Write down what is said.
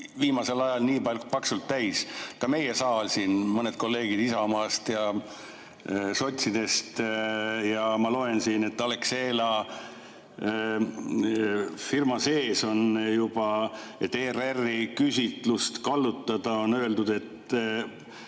viimasel ajal nii paksult täis, ka meie saal siin, mõned kolleegid Isamaast ja sotsidest. Ja ma loen siin, et Alexela firma sees on juba, et ERR-i küsitlust kallutada, öeldud, et